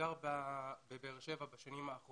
גר בבאר שבע בשנים האחרונות.